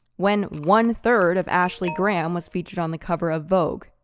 when one third of ashley graham was featured on the cover of vogue,